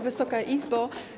Wysoka Izbo!